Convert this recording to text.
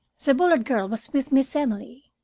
the bullard girl was with miss emily.